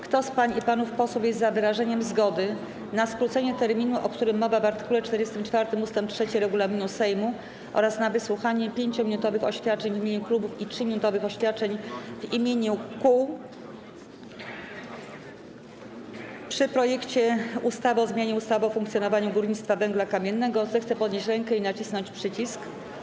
Kto z pań i panów posłów jest za wyrażeniem zgody na skrócenie terminu, o którym mowa w art. 44 ust. 3 regulaminu Sejmu, oraz na wysłuchanie 5-minutowych oświadczeń w imieniu klubów i 3-minutowych oświadczeń w imieniu kół w przypadku poselskiego projektu ustawy o zmianie ustawy o funkcjonowaniu górnictwa węgla kamiennego, zechce podnieść rękę i nacisnąć przycisk.